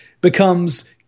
becomes